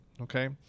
Okay